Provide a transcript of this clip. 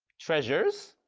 treasures?